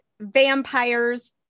vampire's